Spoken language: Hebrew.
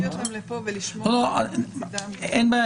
נביא אותם לפה ולשמוע אותם --- אין בעיה,